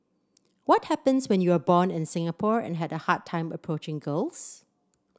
what happens when you are born in Singapore and had a hard time approaching girls